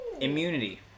Immunity